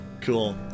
Cool